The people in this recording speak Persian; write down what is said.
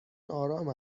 آرام